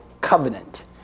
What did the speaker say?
covenant